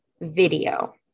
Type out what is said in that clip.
video